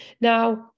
Now